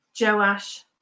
Joash